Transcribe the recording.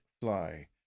fly